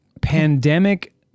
pandemic